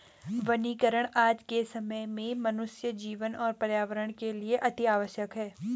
वनीकरण आज के समय में मनुष्य जीवन और पर्यावरण के लिए अतिआवश्यक है